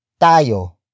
tayo